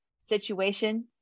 situation